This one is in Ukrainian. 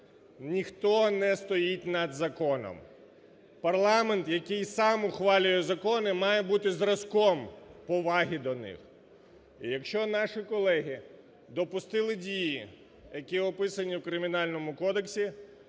ніхто не стоїть над законом! Парламент, який сам ухвалює закони, має бути зразком поваги до них. Якщо наші колеги допустили дії, які записані у Кримінальному кодексі,